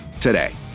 today